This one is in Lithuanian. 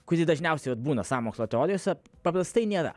kuri dažniausiai vat būna sąmokslo teorijose paprastai nėra